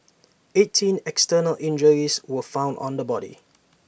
eighteen external injuries were found on the body